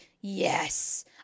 yes